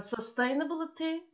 Sustainability